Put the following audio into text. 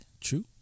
True